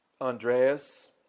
Andreas